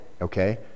Okay